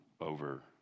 over